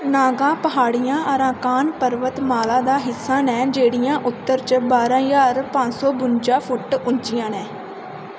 नागा प्हाड़ियां अराकान पर्बत माला दा हिस्सा न जेह्ड़ियां उत्तर च बारां ज्हार पंज सौ बुजां फुट्ट उच्चियां न